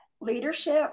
leadership